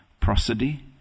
prosody